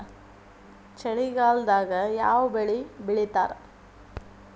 ಚಳಿಗಾಲದಾಗ್ ಯಾವ್ ಬೆಳಿ ಬೆಳಿತಾರ?